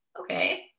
okay